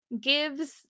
gives